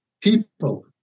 people